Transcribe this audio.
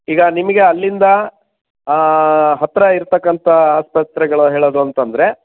ಈಗ ನಿಮಗೆ ಅಲ್ಲಿಂದ ಹತ್ತಿರ ಇರತಕ್ಕಂಥ ಆಸ್ಪತ್ರೆಗಳು ಹೇಳೋದು ಅಂತಂದರೆ